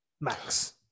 Max